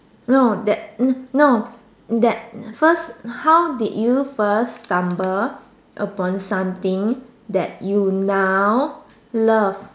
no that hmm no that first how did you first stumble upon something that you now love